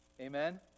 Amen